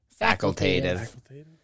Facultative